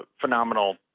phenomenal